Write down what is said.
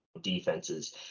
defenses